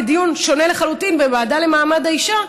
בדיון שונה לחלוטין בוועדה למעמד האישה.